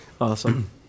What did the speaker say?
Awesome